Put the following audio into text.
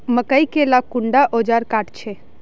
मकई के ला कुंडा ओजार काट छै?